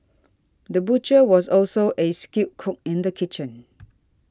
the butcher was also a skilled cook in the kitchen